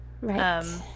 Right